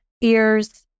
ears